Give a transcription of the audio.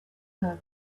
her